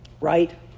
right